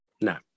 no